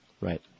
Right